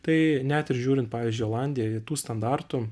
tai net ir žiūrint pavyzdžiui olandijoj tų standartų